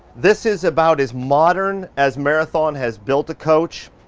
this is about as modern as marathon has built a coach